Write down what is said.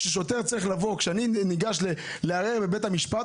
כשאני ניגש לערער בבית המשפט,